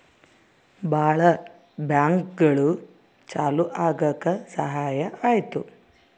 ಭಾಳ ಬ್ಯಾಂಕ್ಗಳು ಚಾಲೂ ಆಗಕ್ ಸಹಾಯ ಆಯ್ತು